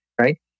right